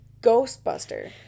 Ghostbuster